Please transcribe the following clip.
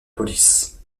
police